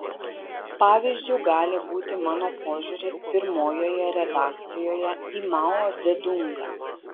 pavyzdžiu gali būti mano požiūris pirmojoje redakcijoje į mao dzedungą